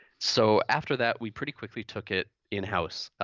so after that we pretty quickly took it in-house.